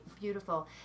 beautiful